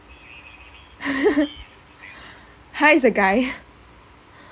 ha he's a guy